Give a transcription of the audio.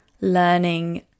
learning